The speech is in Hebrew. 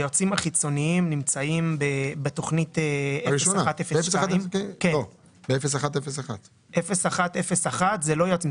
היועצים החיצוניים נמצאים בתוכנית 01-02. 01-01 זה לא יועצים,